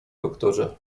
doktorze